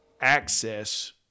access